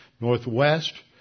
northwest